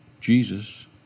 Jesus